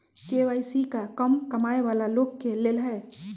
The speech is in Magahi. के.वाई.सी का कम कमाये वाला लोग के लेल है?